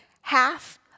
half